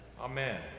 Amen